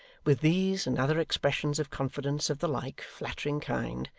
with these and other expressions of confidence of the like flattering kind,